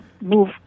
move